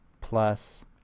plus